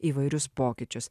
įvairius pokyčius